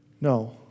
No